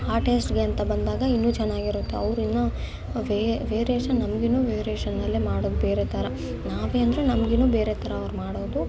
ಆ ಟೇಸ್ಟ್ಗೆ ಅಂತ ಬಂದಾಗ ಇನ್ನೂ ಚೆನ್ನಾಗಿರುತ್ತೆ ಅವ್ರಿನ್ನು ವೇರಿಯೇಷನ್ ನಮಗಿನ್ನೂ ವೇರಿಯೇಷನ್ನಲ್ಲೇ ಮಾಡೋದು ಬೇರೆ ಥರ ನಾವೇ ಅಂದರೆ ನಮ್ಗಿನ್ನು ಬೇರೆ ಥರ ಅವ್ರು ಮಾಡೋದು